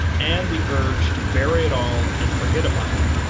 and the urge to bury it all and forget about it.